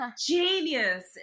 Genius